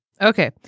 Okay